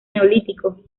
neolítico